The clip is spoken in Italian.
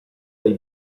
dai